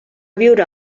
viure